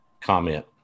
comment